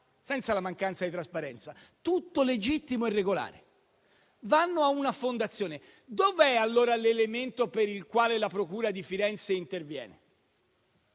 senza mancanza di trasparenza. Tutto è legittimo e regolare. Tali denari vanno a una fondazione. Dov'è allora l'elemento per il quale la procura di Firenze interviene?